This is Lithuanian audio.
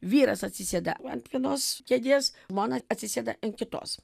vyras atsisėda ant vienos kėdės žmona atsisėda ant kitos